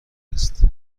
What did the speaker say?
است